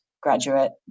graduate